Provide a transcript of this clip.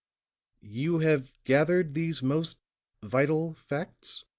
you have gathered these most vital facts?